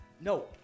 No